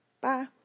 Bye